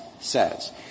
says